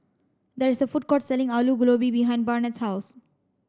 there is a food court selling Alu Gobi behind Barnett's house